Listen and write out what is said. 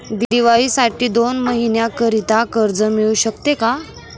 दिवाळीसाठी दोन महिन्याकरिता कर्ज मिळू शकते का?